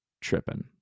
tripping